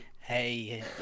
Hey